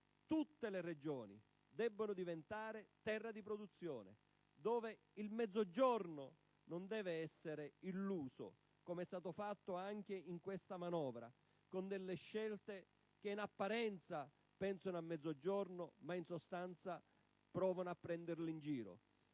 tutte le Regioni debbono diventare terra di produzione, in cui il Mezzogiorno non deve essere illuso, come è stato fatto anche in questa manovra, con delle scelte che in apparenza pensano al Mezzogiorno, ma che in sostanza provano a prenderlo in giro.